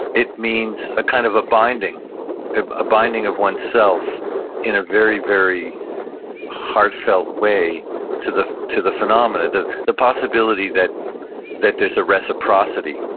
it means ah kind of a binding of oneself in a very, very heartfelt way to the to the phenomena. the the possibility that that there's a reciprocity,